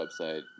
website